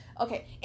Okay